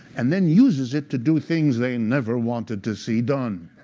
and then uses it to do things they never wanted to see done.